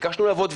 ביקשנו לעבוד.